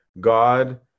God